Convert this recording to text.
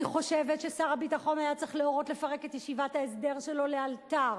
אני חושבת ששר הביטחון היה צריך להורות לפרק את ישיבת ההסדר שלו לאלתר.